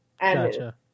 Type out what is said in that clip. Gotcha